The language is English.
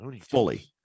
fully